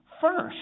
first